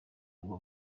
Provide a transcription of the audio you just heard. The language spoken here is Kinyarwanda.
ngo